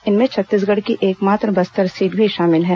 इनमें छत्तीसगढ़ की एकमात्र बस्तर सीट भी शामिल है